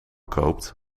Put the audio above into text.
koopt